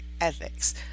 ethics